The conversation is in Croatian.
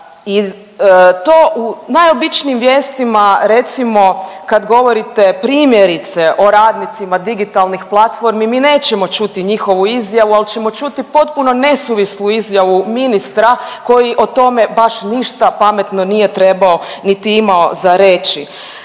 i to u najobičnijim vijestima recimo kad govorite primjerice o radnicima digitalnih platformi, mi nećemo čuti njihovu izjavu, ali ćemo čuti potpuno nesuvislu izjavu ministra koji o tome baš ništa pametno nije trebao niti imao za reći.